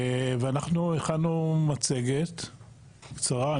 ואנחנו הכנו מצגת קצרה.